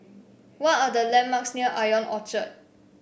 what are the landmarks near Ion Orchard